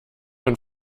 und